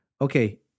Okay